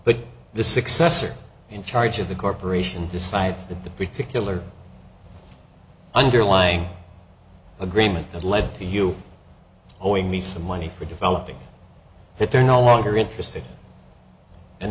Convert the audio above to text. but the successor in charge of the corporation decides that the particular underlying agreement that led to you owing me some money for developing that they're no longer interested and